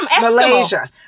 Malaysia